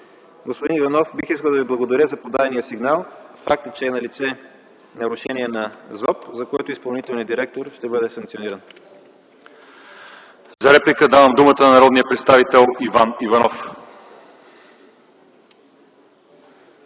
Господин Иванов, бих искал да Ви благодаря за подадения сигнал. Факт е, че е налице нарушение на ЗОП, за което изпълнителният директор ще бъде санкциониран. ПРЕДСЕДАТЕЛ ЛЪЧЕЗАР ИВАНОВ: За реплика давам думата на народния представител Иван Иванов.